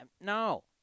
No